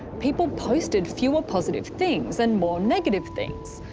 people posted fewer positive things and more negative things.